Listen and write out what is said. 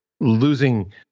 losing